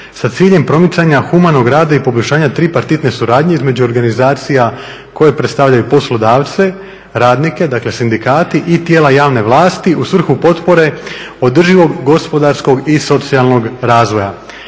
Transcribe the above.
sa ciljem promicanja humanog rada i poboljšanja tripartitne suradnje između organizacija koje predstavljaju poslodavce, radnike, dakle sindikati i tijela javne vlasti u svrhu potpore održivog gospodarskog i socijalnog razvoja.